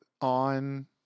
on